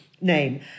name